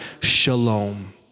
shalom